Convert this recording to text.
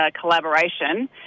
collaboration